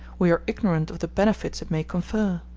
we are ignorant of the benefits it may confer.